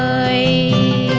a